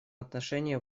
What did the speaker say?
отношении